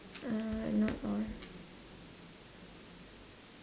uh not all